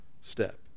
step